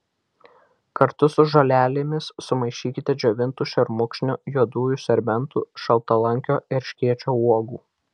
kartu su žolelėmis sumaišykite džiovintų šermukšnio juodųjų serbentų šaltalankio erškėčio uogų